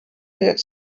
that